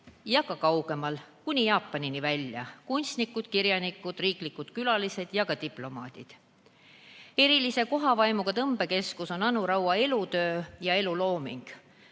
ja ka kaugemalt kuni Jaapanini välja. Kunstnikud, kirjanikud, riikide ametlikud esindajad, ka diplomaadid. Erilise kohavaimuga tõmbekeskus on Anu Raua elutöö ja elulooming,